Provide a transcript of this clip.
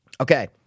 Okay